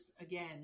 again